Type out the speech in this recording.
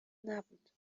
نبود